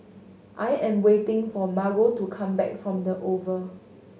I am waiting for Margo to come back from The Oval